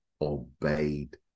obeyed